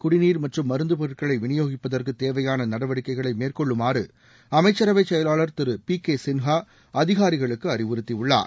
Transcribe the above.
குடிநீர் மற்றும் மருந்துப்பொருட்களை விநியோகிப்பதற்கு தேவையான நடவடிக்கைகளை அமைச்சரவை செயலாளர் திரு பி கே சின்ஹா அதிகாரிகளுக்கு அறிவுறுத்தியுள்ளார்